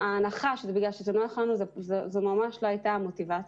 ההנחה שזה בגלל שזה נוח לנו זו ממש לא הייתה המוטיבציה.